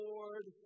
Lord